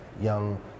young